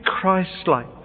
Christ-like